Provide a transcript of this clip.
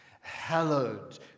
hallowed